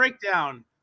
Breakdown